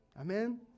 Amen